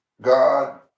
God